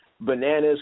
bananas